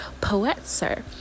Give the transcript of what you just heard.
Poetser